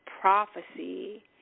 Prophecy